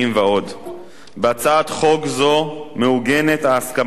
בהצעת חוק זו מעוגנת ההסכמה שהגיעו אליה רוב חברי